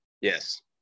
Yes